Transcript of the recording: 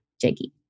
Jiggy